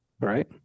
Right